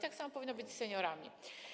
Tak samo powinno być z seniorami.